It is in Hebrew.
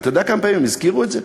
אתה יודע כמה פעמים הם הזכירו את זה?